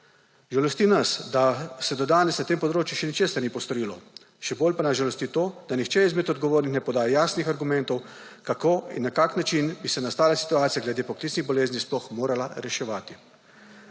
Žalosti nas, da se do danes na tem področju še ničesar ni postorilo. Še bolj pa nas žalosti to, da nihče izmed odgovornih ne poda jasnih argumentov, kako in na kakšen način bi se nastala situacija glede poklicnih bolezni sploh morala reševati.